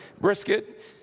brisket